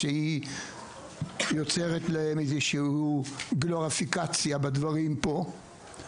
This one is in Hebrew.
שיוצרת להם איזושהי גלוריפיקציה בדברים פה,